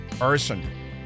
arson